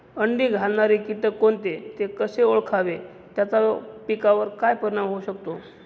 अंडी घालणारे किटक कोणते, ते कसे ओळखावे त्याचा पिकावर काय परिणाम होऊ शकतो?